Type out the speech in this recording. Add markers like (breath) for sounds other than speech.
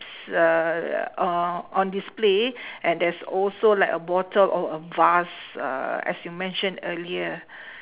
uh on display (breath) and there's also like a bottle of a vase uh as you mention earlier (breath)